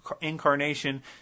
incarnation